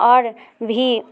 आओर भी